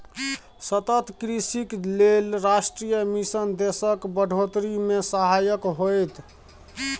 सतत कृषिक लेल राष्ट्रीय मिशन देशक बढ़ोतरी मे सहायक होएत